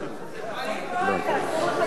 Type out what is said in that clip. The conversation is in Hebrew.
הייתי שם,